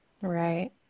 Right